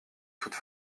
toute